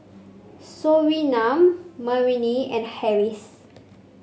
Surinam Murni and Harris